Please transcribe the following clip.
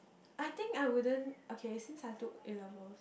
I think I wouldn't okay since I took A-level